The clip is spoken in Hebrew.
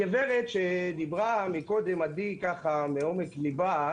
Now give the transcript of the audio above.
הגברת שדיברה קודם, עדי, מעומק ליבה,